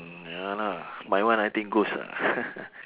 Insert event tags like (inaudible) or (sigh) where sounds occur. mm ya lah my one I think ghost ah (laughs)